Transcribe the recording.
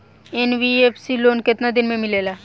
NBFC loan केतना दिन मे मिलेला?